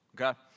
Okay